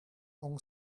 own